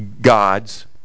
God's